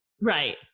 Right